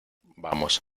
vamos